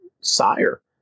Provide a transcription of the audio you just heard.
sire